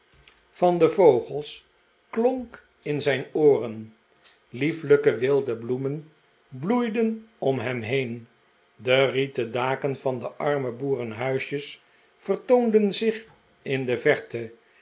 en dan vogels klonk in zijn ooren liefelijke wilde bloemen bloeiden om hem heen de rieten daken van de arme boerenhuisjes vertoonden zich in de verte